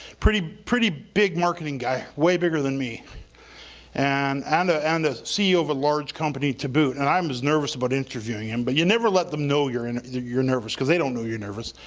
pretty pretty big marketing guy, way bigger than me and and and a ceo of a large company to boot and i um was nervous about interviewing him but you never let them know you're and you're nervous cause they don't know you're nervous